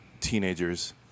teenagers